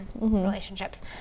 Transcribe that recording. relationships